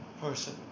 person